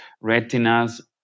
retinas